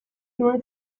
nuen